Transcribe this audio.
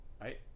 Right